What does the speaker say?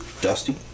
Dusty